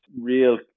real